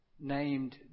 named